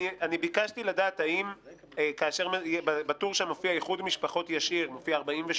ביקשתי לדעת אם כאשר מופיע נתון של איחוד משפחות ישיר כתוב 48